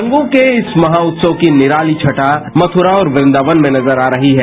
रंगों के इस महा उत्सव की निराती छटा म्खुरा और वृंदावन में नजर आ रही है